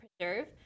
Preserve